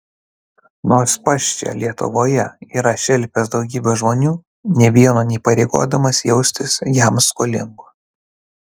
nors pats čia lietuvoje yra šelpęs daugybę žmonių nė vieno neįpareigodamas jaustis jam skolingu